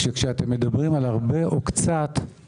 כשאתם מדברים על הרבה או קצת,